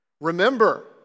Remember